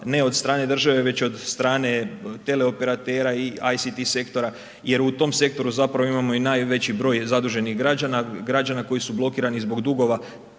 ne od strane države već od strane teleoperatera i IT sektora, jer u tom sektoru zapravo imamo i najveći broj zaduženih građana, građana koji su blokirani zbog dugova